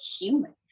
human